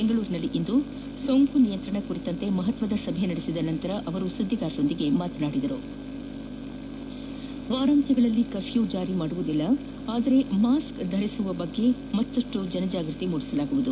ಬೆಂಗಳೂರಿನಲ್ಲಿಂದು ಸೋಂಕು ನಿಯಂತ್ರಣ ಕುರಿತಂತೆ ಮಹತ್ವದ ಸಭೆ ನಡೆಸಿದ ನಂತರ ಸುದ್ದಿಗಾರರೊಂದಿಗೆ ಮಾತನಾಡಿದ ಅವರು ವಾರಾಂತ್ಯಗಳಲ್ಲೂ ಕರ್ಫ್ಲೊ ಜಾರಿಗೊಳಿಸುವುದಿಲ್ಲ ಆದರೆ ಮಾಸ್ಕ್ ಧರಿಸುವ ಕುರಿತು ಮತ್ತಷ್ಟು ಜನಜಾಗೃತಿ ಮೂಡಿಸಲಾಗುವುದು